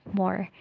more